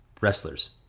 wrestlers